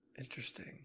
interesting